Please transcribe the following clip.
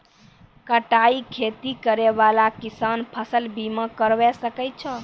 बटाई खेती करै वाला किसान फ़सल बीमा करबै सकै छौ?